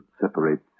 separates